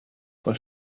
con